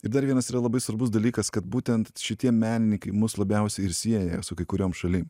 ir dar vienas yra labai svarbus dalykas kad būtent šitie menininkai mus labiausiai ir sieja su kai kuriom šalim